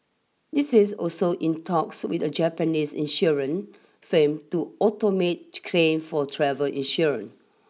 this is also in talks with a Japanese insurance firm to automate claim for travel insurance